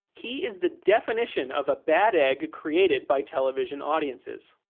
he is the definition of a bad egg created by television audiences.